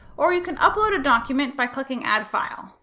or you can upload a document by clicking add file.